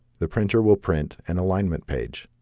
the printer will print an alignment page